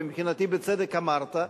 ומבחינתי בצדק אמרת,